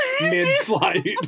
mid-flight